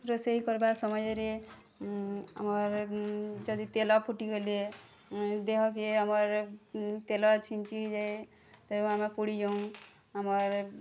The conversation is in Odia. ରୋଷେଇ କରିବା ସମୟରେ ଆମର୍ ଯଦି ତେଲ ଫୁଟିଗଲେ ଦେହକେ ଆମର୍ ତେଲ ଛିଞ୍ଛି ଯାଏ ତେବେ ଆମେ ପୋଡ଼ି ଯାଉଁ ଆମର୍